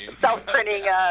self-printing